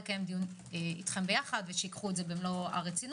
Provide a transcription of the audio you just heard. המטרה היא לקיים דיון איתכם יחד ושייקחו את זה במלוא הרצינות